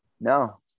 No